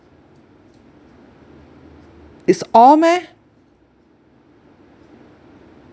is all meh